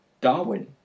Darwin